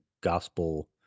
gospel